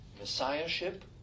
messiahship